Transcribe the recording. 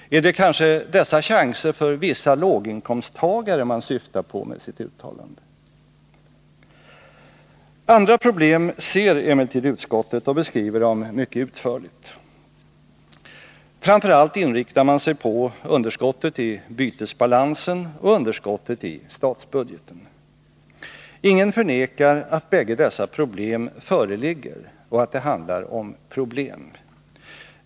Är det kanske dessa chanser för vissa låginkomsttagare man syftar på med sitt uttalande? Andra problem ser emellertid utskottet och beskriver dem mycket utförligt. Framför allt inriktar man sig på underskottet i bytesbalansen och underskottet i statsbudgeten. Ingen förnekar att bägge dessa problem föreligger och att det handlar om problem.